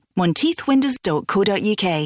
monteithwindows.co.uk